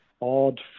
odd